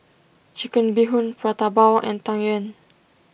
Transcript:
Chicken Bee Hoon Prata Bawang and Tang Yuen